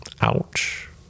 Ouch